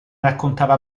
raccontava